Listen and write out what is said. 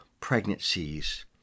pregnancies